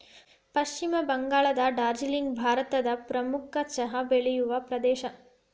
ಪಶ್ಚಿಮ ಬಂಗಾಳದ ಡಾರ್ಜಿಲಿಂಗ್ ಭಾರತದ ಪ್ರಮುಖ ಚಹಾ ಬೆಳೆಯುವ ಪ್ರದೇಶ